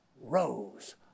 rose